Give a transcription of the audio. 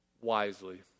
wisely